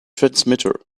transmitter